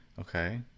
okay